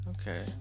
okay